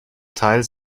teil